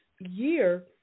year